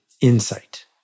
insight